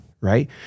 right